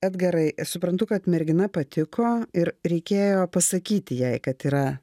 edgarai suprantu kad mergina patiko ir reikėjo pasakyti jai kad yra